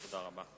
תודה רבה.